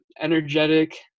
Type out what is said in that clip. energetic